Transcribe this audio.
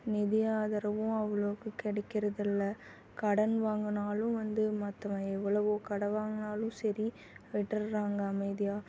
நிதி ஆதரவும் அவ்வளோக்கு கிடைக்கிறது இல்லை கடன் வாங்கினாலும் வந்து மற்றவன் எவ்வளவோ கடன் வாங்கினாலும் சரி விட்டுடுறாங்க அமைதியாக